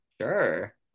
Sure